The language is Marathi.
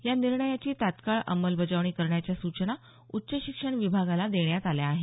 या निर्णयाची तात्काळ अंमलबजावणी करण्याच्या सूचना उच्च शिक्षण विभागाला देण्यात आल्या आहेत